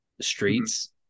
streets